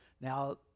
Now